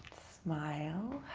smile.